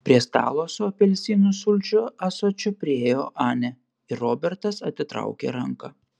prie stalo su apelsinų sulčių ąsočiu priėjo anė ir robertas atitraukė ranką